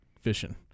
fishing